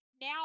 now